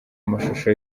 amashusho